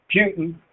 Putin